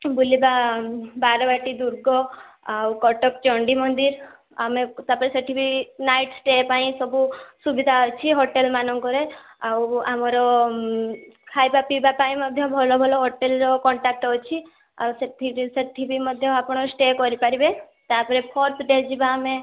ବୁଲିବା ବାରବାଟି ଦୁର୍ଗ ଆଉ କଟକ ଚଣ୍ଡୀ ମନ୍ଦିର ଆମେ ତା'ପରେ ସେଠି ବି ନାଇଟ ଷ୍ଟେ ପାଇଁ ସବୁ ସୁବିଧା ଅଛି ତ ଖାଇବା ପିଇବା ପାଇଁ ମଧ୍ୟ ଭଲ ଭଲ ହୋଟେଲର କଣ୍ଟାକ୍ଟ ଅଛି ଆଉ ସେଠି ସେଠି ବି ମଧ୍ୟ ଆପଣ ଷ୍ଟେ କରିପାରିବେ ତା'ପରେ ଫୋର୍ଥ ଡେ ଯିବା ଆମେ